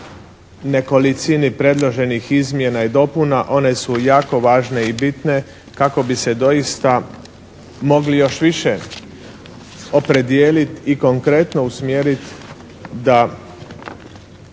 nekolicini predloženih izmjena i dopuna one su jako važne i bitne kako bi se doista mogli još više opredijeliti i konkretno usmjeriti da,